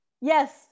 Yes